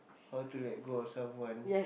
how to let go of someone